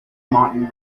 mountain